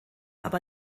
aber